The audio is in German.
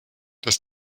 dass